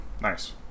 Nice